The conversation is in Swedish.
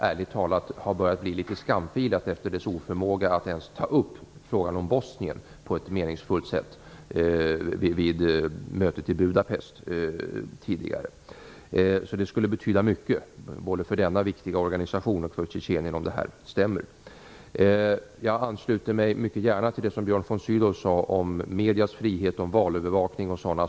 Ärligt talat har det blivit litet skamfilat sedan man var oförmögen att ens ta upp frågan om Bosnien på ett meningsfullt sätt vid mötet i Budapest tidigare. Det skulle alltså betyda mycket om det här stämmer, både för denna viktiga organisation och för Tjetjenien. Jag ansluter mig mycket gärna till det som Björn von Sydow sade om mediernas frihet och om valövervakningen.